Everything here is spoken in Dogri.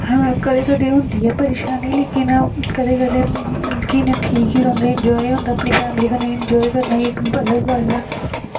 कदें कदें होंदी ऐ परेशानी लेकिन कदें कदें मतलब कि इ'यां ठीक गै रैंह्दा ऐ इंजाय होंदा ऐ अपनी फैमली कन्नै इंजाय करना इक अलग गल्ल ऐ